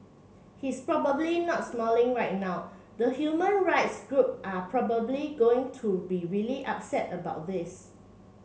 he's probably not smiling right now the human rights group are probably going to be really upset about this